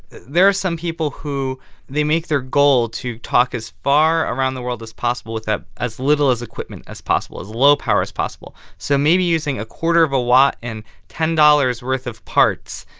there are some people who they make their goal to talk as far around the world as possible with as little as equipment as possible, as low power as possible. so maybe using a quarter of a lot and ten dollars worth of parts,